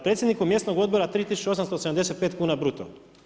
Predsjedniku mjesnog odbora 3875 kn bruto.